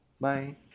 Bye